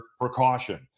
precaution